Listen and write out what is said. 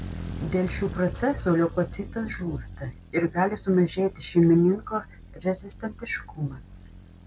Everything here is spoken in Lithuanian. dėl šių procesų leukocitas žūsta ir gali sumažėti šeimininko rezistentiškumas